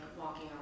walking